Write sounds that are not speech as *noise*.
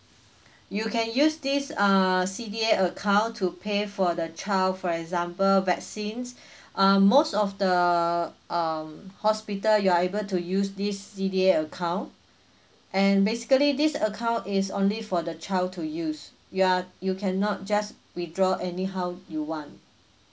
*breath* you can use this err C_D_A account to pay for the child for example vaccines *breath* um most of the um hospital you are able to use this C_D_A account and basically this account is only for the child to use you are you cannot just withdraw anyhow you want